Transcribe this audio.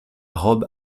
robe